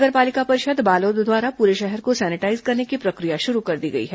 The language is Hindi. नगर पालिका परिषद बालोद द्वारा पूरे शहर को सैनिटाईज करने की प्रक्रिया शुरू कर दी गई है